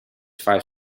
five